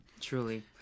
Truly